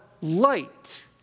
light